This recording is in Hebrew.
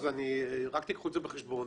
רק קחו את זה בחשבון.